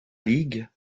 ligue